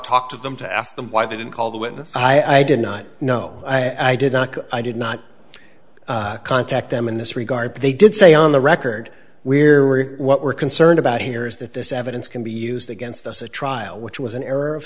talk to them to ask them why they didn't call the witness i did not know i did not i did not contact them in this regard but they did say on the record where we're what we're concerned about here is that this evidence can be used against us a trial which was an